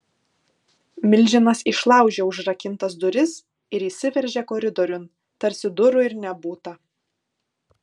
milžinas išlaužė užrakintas duris ir įsiveržė koridoriun tarsi durų ir nebūta